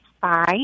five